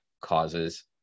causes